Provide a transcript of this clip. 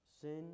Sin